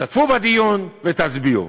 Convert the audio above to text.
תשתתפו בדיון ותצביעו.